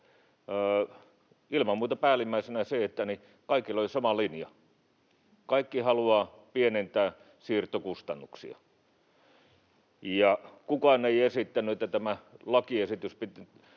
Ilman muuta päällimmäisenä on se, että kaikilla oli sama linja: kaikki haluavat pienentää siirtokustannuksia. Kukaan ei esittänyt, että tämä lakiesitys tai